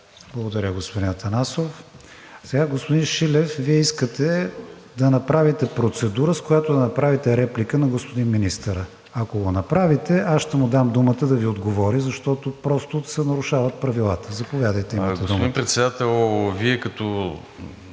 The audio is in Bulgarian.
за процедура.) Сега, господин Шилев, Вие искате да направите процедура, с която да направите реплика на господин министъра. Ако го направите, аз ще му дам думата да Ви отговори, защото просто се нарушават правилата. Заповядайте, имате думата.